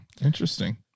Interesting